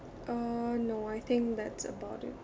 uh no I think that's about it